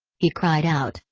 he cried out,